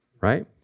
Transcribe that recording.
right